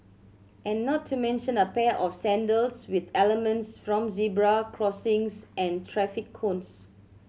and not to mention a pair of sandals with elements from zebra crossings and traffic cones